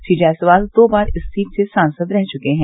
श्री जायसवाल दो बार इस सीट से सांसद रह चुके हैं